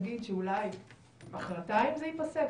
נגיד אולי החלטה אם זה יפסק.